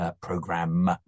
program